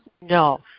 No